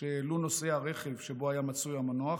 שהעלו נוסעי הרכב שבו היה מצוי המנוח,